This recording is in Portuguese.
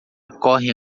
correm